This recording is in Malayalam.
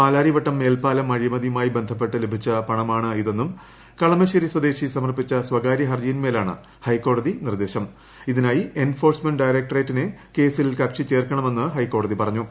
പാലാരിവട്ടം മേൽപ്പാലം അഴിമതിയുമായി ബ്രഡ്പ്പെട്ട് ലഭിച്ച പണമാണിതെന്ന് കളമശ്ശേരി സ്വദേശി സമർപ്പിച്ചു സ്വകാര്യ ഹർജിയിന്മേലാണ് ഹൈക്കോടതി നിർദ്ദേശം ഡയറക്ടറേറ്റിനെ കേസിൽ കുക്ഷി ചേർക്കണമെന്ന് ഹൈക്കോടതി പറഞ്ഞു